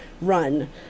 run